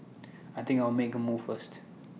I think I'll make A move first